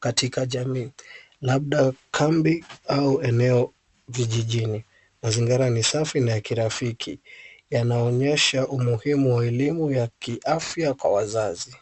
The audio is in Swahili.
katika jamii, labda kambi, au eneo vijijini. Mazingara ni safi na ya kirafiki, yanayoonyesha umuhimu wa elimu ya kiafya kwa wazazi.